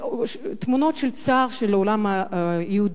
תמונות של צער של העולם היהודי,